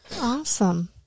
Awesome